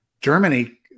Germany